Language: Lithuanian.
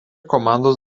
komandos